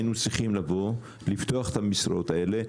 היינו צריכים לבוא, לפתוח את המשרות האלה.